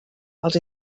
els